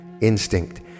instinct